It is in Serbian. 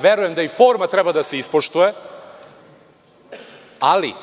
Verujem da i forma treba da se ispoštuje, ali